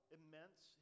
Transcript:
immense